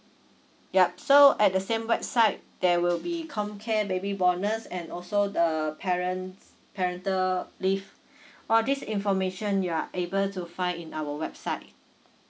yup so at the same website there will be comcare baby bonus and also the parent parental leave all this information you are able to find in our website